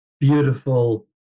beautiful